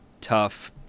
tough